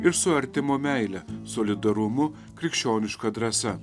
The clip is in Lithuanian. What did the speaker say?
ir su artimo meile solidarumu krikščioniška drąsa